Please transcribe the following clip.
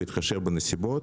בהתחשב בנסיבות,